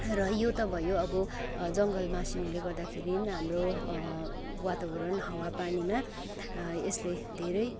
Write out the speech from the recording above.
र यो त भयो अब जङ्गल मासिनुले गर्दाखेरि हाम्रो वातावरण हावा पानीमा यसले धेरै